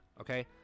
okay